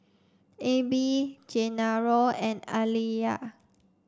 Ebbie Genaro and Aliya